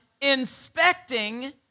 inspecting